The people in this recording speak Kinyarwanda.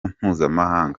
mpuzamahanga